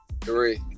Three